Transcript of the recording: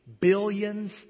billions